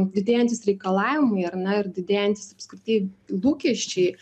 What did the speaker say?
didėjantys reikalavimai ar ne ir didėjantys apskritai lūkesčiai